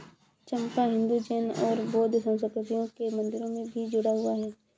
चंपा हिंदू, जैन और बौद्ध संस्कृतियों के मंदिरों से भी जुड़ा हुआ है